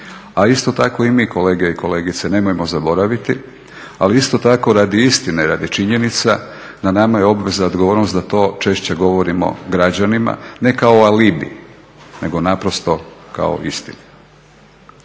a isto tako i mi kolege i kolegice nemojmo zaboraviti, ali isto tako radi istine i radi činjenica na nama je obveza i odgovornost da to češće govorimo građanima ne kao alibi nego naprosto kao istinu.